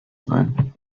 sein